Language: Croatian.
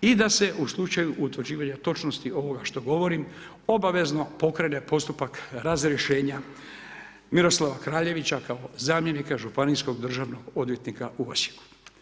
i da se u slučaju utvrđivanja točnosti ovoga što govorim obavezno pokrene postupak razrješenja Miroslava Kraljevića kao zamjenika županijskog državnog odvjetnika u Osijeku.